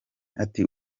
ati